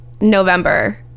November